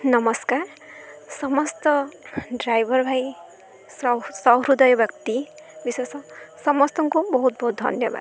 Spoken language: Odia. ନମସ୍କାର ସମସ୍ତ ଡ୍ରାଇଭର୍ ଭାଇ ସୃଦୟ ବ୍ୟକ୍ତି ବିଶେଷ ସମସ୍ତଙ୍କୁ ବହୁତ ବହୁତ ଧନ୍ୟବାଦ